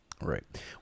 Right